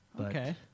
Okay